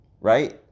right